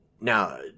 Now